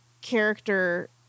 character